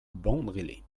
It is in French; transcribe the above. bandrélé